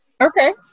Okay